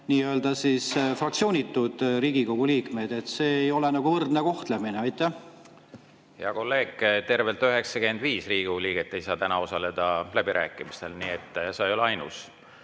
nii-öelda fraktsioonituid Riigikogu liikmeid. See ei ole nagu võrdne kohtlemine. Hea kolleeg! Tervelt 95 Riigikogu liiget ei saa täna osaleda läbirääkimistel. Nii et sa ei ole ainus.